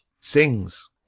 Sings